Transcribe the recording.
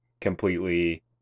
completely